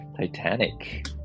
Titanic